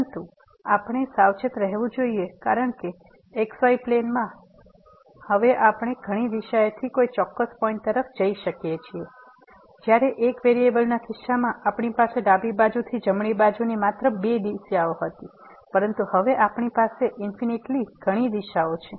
પરંતુ આપણે સાવચેત રહેવું જોઈએ કારણકે xy plane માં હવે આપણે ઘણી દિશાઓથી કોઈ ચોક્કસ પોઈંટ તરફ જઈ શકીએ છીએ જ્યારે એક વેરીએબલના કિસ્સામાં આપણી પાસે ડાબી બાજુથી જમણી બાજુની માત્ર બે દિશાઓ હતી પરંતુ હવે આપણી પાસે ઈન્ફીનીટલી ઘણી દિશાઓ છે